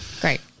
great